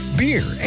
beer